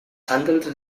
handelte